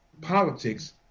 Politics